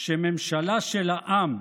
שממשלה של העם,